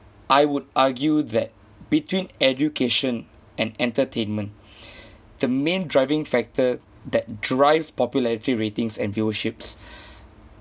I would argue that between education and entertainment the main driving factor that drives popularity ratings and viewership